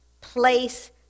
place